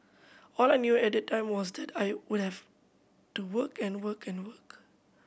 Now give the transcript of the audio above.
all I knew at that time was that I would have to work and work and work